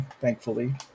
thankfully